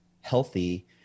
healthy